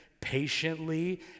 patiently